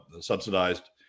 subsidized